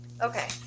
Okay